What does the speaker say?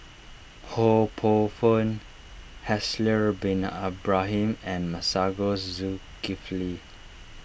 Ho Poh Fun Haslir Bin Ibrahim and Masagos Zulkifli